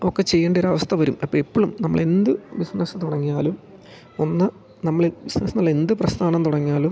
ഒക്കെ ചെയ്യേണ്ട ഒരവസ്ഥ വരും അപ്പോൾ എപ്പോഴും നമ്മളെന്തു ബിസ്നസ്സ് തുടങ്ങിയാലും ഒന്നു നമ്മൾ ബിസ്നസ്ന് എന്നുള്ള എന്തു പ്രസ്ഥാനം തുടങ്ങിയാലും